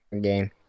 game